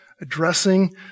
addressing